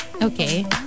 Okay